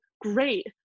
great